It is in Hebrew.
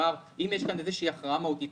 אם יש כאן איזו הכרעה מהותית,